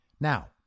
Now